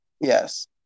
Yes